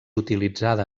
utilitzada